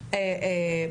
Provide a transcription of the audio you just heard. ועוד פערים.